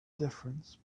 difference